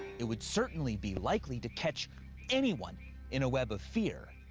it would certainly be likely to catch anyone in a web of fear.